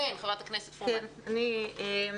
חברת הכנסת פרומן, בבקשה.